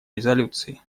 резолюции